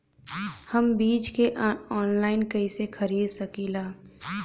हम बीज के आनलाइन कइसे खरीद सकीला?